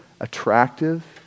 attractive